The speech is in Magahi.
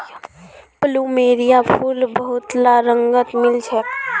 प्लुमेरिया फूल बहुतला रंगत मिल छेक